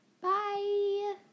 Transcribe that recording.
Bye